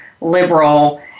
liberal